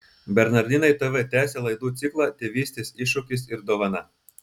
bernardinai tv tęsia laidų ciklą tėvystės iššūkis ir dovana